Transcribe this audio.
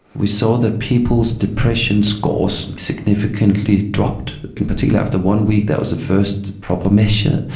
we saw that people's depression scores significantly dropped, in particular after one week that was the first proper measure.